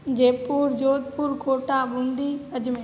जयपुर जोधपुर कोटा हुंडी अजमेर